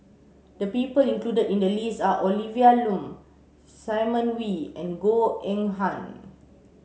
the people included in the list are Olivia Lum Simon Wee and Goh Eng Han